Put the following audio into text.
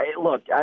Look